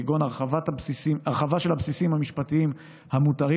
כגון הרחבה של הבסיסים המשפטיים המותרים